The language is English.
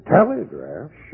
Telegraph